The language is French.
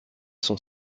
sont